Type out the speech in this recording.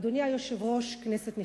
אדוני היושב-ראש, כנסת נכבדה,